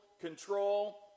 control